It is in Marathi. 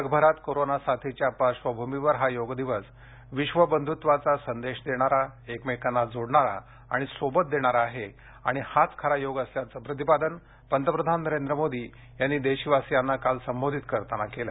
जगभरात कोरोना साथीच्या पार्श्वभूमीवर हा योग दिवस विश्वबंधुत्वाचा संदेश देणारा एकमेकांना जोडणारा आणि सोबत देणारा आहे आणि हाच खरा योग असल्याचं प्रतिपादन पंतप्रधान नरेंद्र मोदी यांनी देशवासियांना काल संबोधित करताना केलं